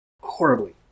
Horribly